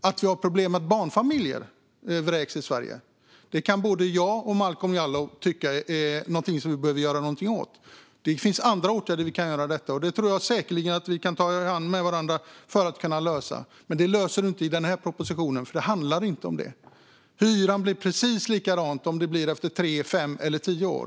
Både jag och Momodou Malcolm Jallow tycker att vi måste göra något åt att barnfamiljer vräks. Det finns åtgärder vi kan vidta, och vi kan säkert hjälpas åt med det. Men vi löser det inte med denna proposition, för den handlar inte om det. Hyran blir precis lika hög efter tre, fem eller tio år.